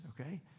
Okay